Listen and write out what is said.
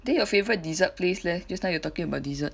then your favourite dessert place leh just now you're talking about dessert